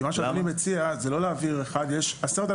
יש 10,000 מועמדים להוראה מידי שנה,